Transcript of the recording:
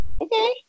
Okay